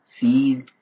seed